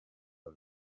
les